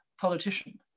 politician